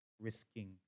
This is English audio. risking